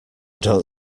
don’t